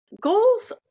goals